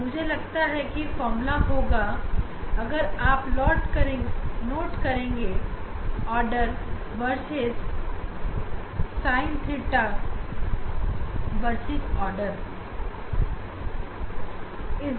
मुझे लगता है की यही फार्मूला होगा और आप ऑर्डर वर्सेस साइन थीटा को प्लॉट करेंगे